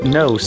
no